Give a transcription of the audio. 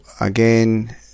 again